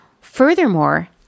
Furthermore